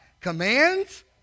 Commands